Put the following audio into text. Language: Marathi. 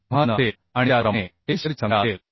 तेव्हा nn असेल आणि त्याचप्रमाणे nsशिअरची संख्या असेल